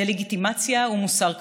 דה-לגיטימציה ומוסר כפול.